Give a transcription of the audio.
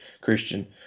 Christian